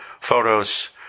photos